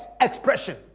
expression